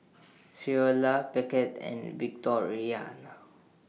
Creola Beckett and Victoriano